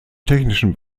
technischen